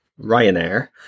Ryanair